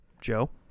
Joe